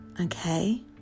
okay